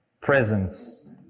presence